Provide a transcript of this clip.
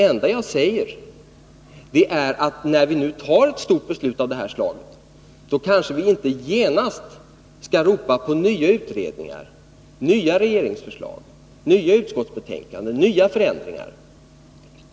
Vad jag har sagt är att när vi nu tar ett stort beslut av det här slaget kanske vi inte genast skall ropa på nya utredningar, nya regeringsförslag, nya utskottsbetänkanden och nya förändringar.